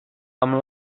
amb